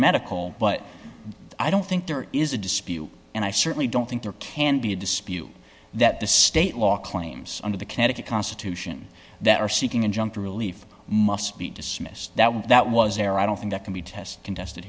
medical but i don't think there is a dispute and i certainly don't think there can be a dispute that the state law claims under the connecticut constitution that are seeking injunctive relief must be dismissed that one that was there i don't think that can be test contested